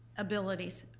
abilities,